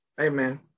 amen